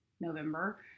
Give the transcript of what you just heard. November